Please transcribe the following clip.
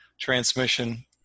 transmission